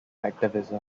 activism